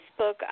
Facebook